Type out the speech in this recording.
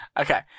Okay